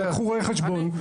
לקחו רואה חשבון,